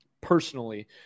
personally